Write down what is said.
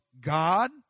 God